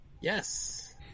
Yes